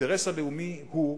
האינטרס הלאומי הוא,